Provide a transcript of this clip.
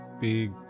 big